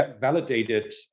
validated